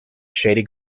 shady